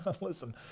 Listen